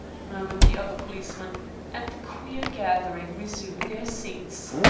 murmured the other policeman and the queer gathering resumed their seats.